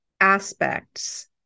aspects